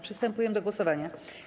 Przystępujemy do głosowania.